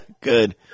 Good